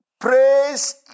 praise